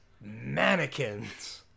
mannequins